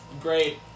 great